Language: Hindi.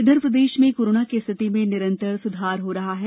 इधर प्रदेश में कोरोना की स्थिति में निरंतर सुधार हो रहा है